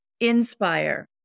Inspire